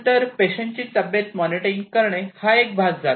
नंतर पेशंट ची तब्येत मॉनिटरिंग करणे हा एक भाग झाला